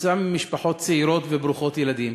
כתוצאה מכך שיש בה משפחות צעירות ברוכות ילדים,